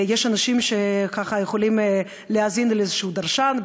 יש אנשים שיכולים להאזין לאיזה דרשן,